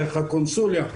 דרך הקונסוליה.